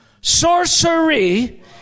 Sorcery